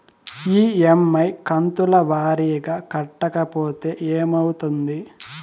EMI కంతుల వారీగా కట్టకపోతే ఏమవుతుంది?